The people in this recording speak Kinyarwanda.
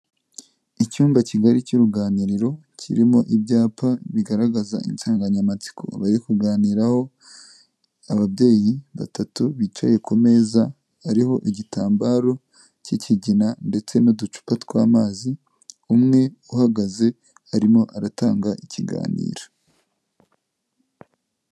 Icyumba kigari cy'uruganiriro kirimo ibyapa bigaragaza insanganyamatsiko bari kuganiraho, ababyeyi batatu bicaye ku meza hariho igitambaro cy'ikigina ndetse n'uducupa tw'amazi, umwe uhagaze arimo aratanga ikiganiro.